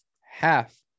half